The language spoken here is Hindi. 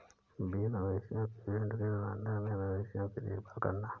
बीफ मवेशियों के झुंड के प्रबंधन में मवेशियों की देखभाल करना